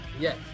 yes